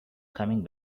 coming